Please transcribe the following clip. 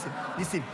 אני מזמין